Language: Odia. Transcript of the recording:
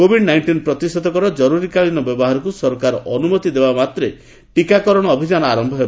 କୋବିଡ ନାଇଣ୍ଟିନ୍ ପ୍ରତିଷେଧକର ଜରୁରୀକାଳୀନ ବ୍ୟବହାରକୁ ସରକାର ଅନୁମତି ଦେବାମାତ୍ରେ ଟିକାକରଣ ଅଭିଯାନ ଆରମ୍ଭ ହେବ